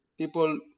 People